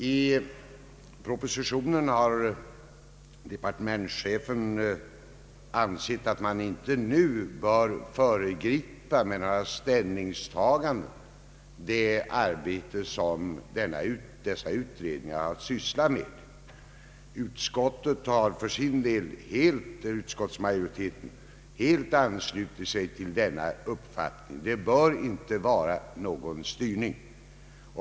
I propositionen har departementschefen ansett att man nu inte bör med några ställningstaganden föregripa det arbete som dessa utredningar har att utföra. Utskottsmajoriteten har för sin del helt anslutit sig till denna uppfattning. Det bör inte vara någon styrning.